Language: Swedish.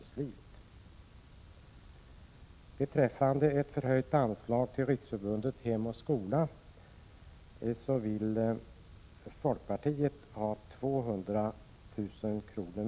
Folkpartiet vill ha ett förhöjt anslag till Riksförbundet Hem o. skola på 200 000 kr.